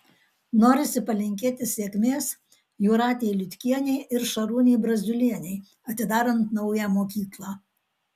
norisi palinkėti sėkmės jūratei liutkienei ir šarūnei braziulienei atidarant naują mokyklą